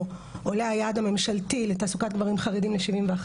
עולה היעד הממשלתי לתעסוקת גברים חרדים מ-50% ל-71%.